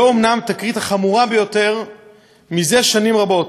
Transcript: זו אומנם התקרית החמורה ביותר מזה שנים רבות,